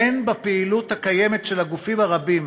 אין בפעילות הקיימת של הגופים הרבים